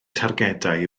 targedau